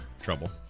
trouble